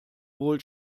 wohl